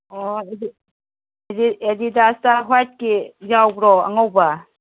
ꯑꯣ ꯑꯦꯗꯤꯗꯥꯁꯇ ꯋꯥꯏꯠꯀꯤ ꯌꯥꯎꯕ꯭ꯔꯣ ꯑꯉꯧꯕ